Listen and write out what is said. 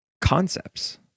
concepts